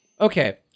Okay